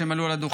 כשהם עלו לדוכן.